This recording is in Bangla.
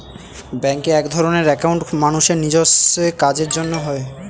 ব্যাঙ্কে একধরনের একাউন্ট মানুষের নিজেস্ব কাজের জন্য হয়